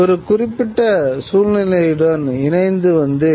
அது குறிப்பிட்ட சூழ்நிலையுடன் இணைந்து வந்தது